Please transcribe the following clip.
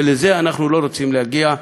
ולזה אנחנו לא רוצים להגיע.